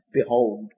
Behold